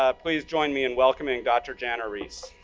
ah please, join me in welcoming dr. jana reiss.